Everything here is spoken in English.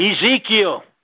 Ezekiel